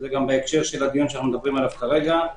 זה גם בהקשר הדיון שאנחנו מדברים עליו כרגע.